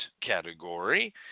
category